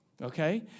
Okay